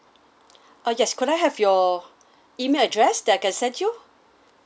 uh yes could I have your email address that I can send you